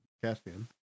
Caspian